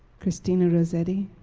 christina rossetti.